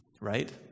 right